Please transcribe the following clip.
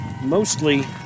mostly